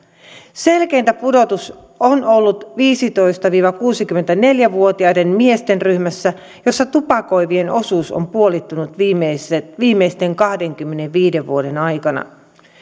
selkeintä pudotus on ollut viisitoista viiva kuusikymmentäneljä vuotiaiden miesten ryhmässä jossa tupakoivien osuus on puolittunut viimeisten viimeisten kahdenkymmenenviiden vuoden aikana